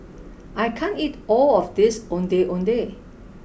I can't eat all of this Ondeh Ondeh